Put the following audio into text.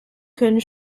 können